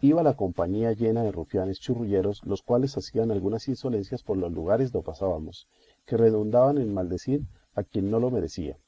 iba la compañía llena de rufianes churrulleros los cuales hacían algunas insolencias por los lugares do pasábamos que redundaban en maldecir a quien no lo merecía